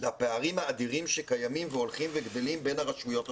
לפערים האדירים שקיימים והולכים וגדלים בין הרשויות השונות.